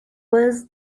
was